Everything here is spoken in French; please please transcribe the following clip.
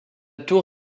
tour